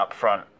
upfront